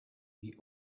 the